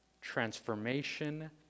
Transformation